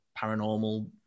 paranormal